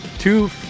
Two